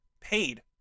paid